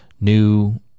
new